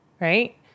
right